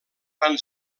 van